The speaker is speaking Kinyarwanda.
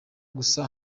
gusa